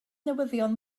newyddion